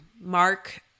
mark